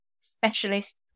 specialist